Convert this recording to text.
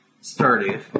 started